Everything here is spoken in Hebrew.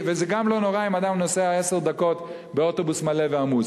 וזה גם לא נורא אם אדם נוסע עשר דקות באוטובוס מלא ועמוס.